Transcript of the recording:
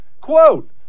Quote